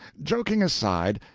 joking aside,